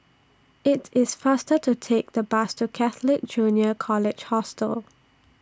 IT IS faster to Take The Bus to Catholic Junior College Hostel